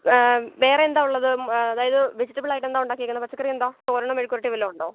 വേറെ എന്താ ഉള്ളത് അതായത് വെജിറ്റബ്ളായിട്ടെന്താ ഉണ്ടാക്കിയേക്കുന്നത് പച്ചക്കറി എന്താ തോരനും മെഴുക്കുവരട്ടിയോ വല്ലതും ഉണ്ടോ